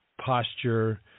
posture